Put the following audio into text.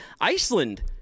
Iceland